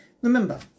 remember